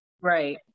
right